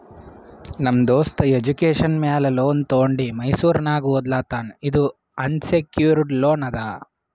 ನಮ್ ದೋಸ್ತ ಎಜುಕೇಷನ್ ಮ್ಯಾಲ ಲೋನ್ ತೊಂಡಿ ಮೈಸೂರ್ನಾಗ್ ಓದ್ಲಾತಾನ್ ಇದು ಅನ್ಸೆಕ್ಯೂರ್ಡ್ ಲೋನ್ ಅದಾ